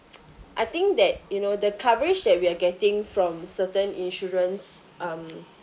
I think that you know the coverage that we're getting from certain insurance um